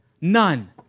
none